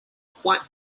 quite